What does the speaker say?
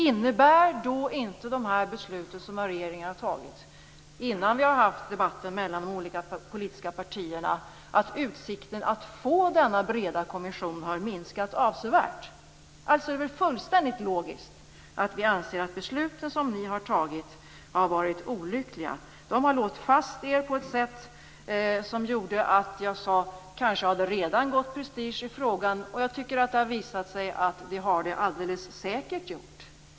Innebär inte de beslut som regeringen har fattat, innan det har hållits någon debatt mellan de olika politiska partierna, att utsikten att få denna breda kommission har minskat avsevärt? Det är alltså fullständigt logiskt att vi anser att de beslut som ni har fattat har varit olyckliga. De har låst fast er på ett sätt som gör att det kanske redan har gått prestige i frågan. Jag tycker att det har visat sig att så är fallet.